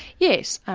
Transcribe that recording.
yes.